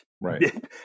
Right